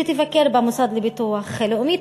שתבקר במוסד לביטוח לאומי.